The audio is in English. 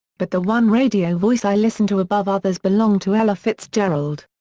but the one radio voice i listened to above others belonged to ella fitzgerald.